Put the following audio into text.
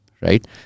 right